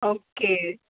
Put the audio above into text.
okay